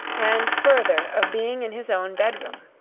and, further, of being in his own bedroom.